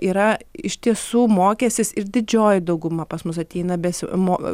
yra iš tiesų mokęsis ir didžioji dauguma pas mus ateina besimo